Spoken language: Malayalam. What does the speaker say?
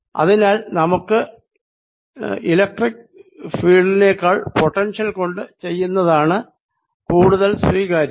അതിനാൽ നമുക്ക് ഇലക്ട്രിക്ക് ഫീല്ഡിനെക്കാൾ പൊട്ടൻഷ്യൽ കൊണ്ട് ചെയ്യുന്നതാണ് കൂടുതൽ സ്വീകാര്യം